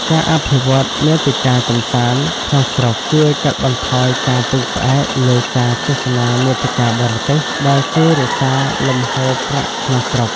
ការអភិវឌ្ឍន៍មាតិកាកម្សាន្តក្នុងស្រុក ជួយកាត់បន្ថយការពឹងផ្អែកលើការទស្សនាមាតិកាបរទេស ដែលជួយរក្សាលំហូរប្រាក់ក្នុងស្រុក។